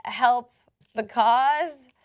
help the cause?